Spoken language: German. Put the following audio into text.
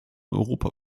europa